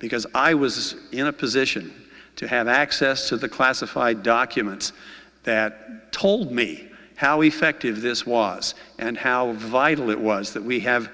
because i was in a position to have access to the classified documents that told me how effective this was and how vital it was that we have